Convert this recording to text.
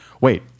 wait